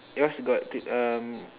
yours got T um